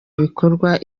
bikorwa